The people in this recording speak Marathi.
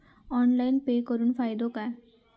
ऑनलाइन पे करुन फायदो काय?